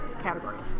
categories